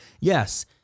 yes